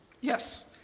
yes